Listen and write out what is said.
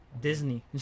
Disney